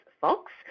Fox